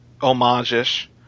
homage-ish